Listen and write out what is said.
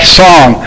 song